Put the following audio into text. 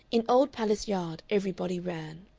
in old palace yard everybody ran.